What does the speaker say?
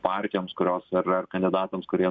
partijoms kurios ar ar kandidatams kurie